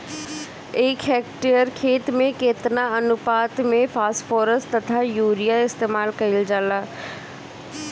एक हेक्टयर खेत में केतना अनुपात में फासफोरस तथा यूरीया इस्तेमाल कईल जाला कईल जाला?